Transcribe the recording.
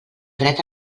dret